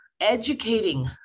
educating